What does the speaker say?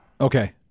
Okay